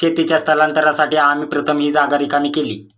शेतीच्या स्थलांतरासाठी आम्ही प्रथम ही जागा रिकामी केली